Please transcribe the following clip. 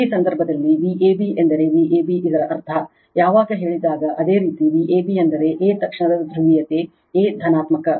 ಈ ಸಂದರ್ಭದಲ್ಲಿ Vab ಎಂದರೆ Vab ಇದರ ಅರ್ಥ ಯಾವಾಗ ಹೇಳಿದಾಗ ಅದೇ ರೀತಿ Vab ಅಂದರೆ a ತಕ್ಷಣದ ಧ್ರುವೀಯತೆ a ಧನಾತ್ಮಕ